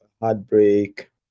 heartbreak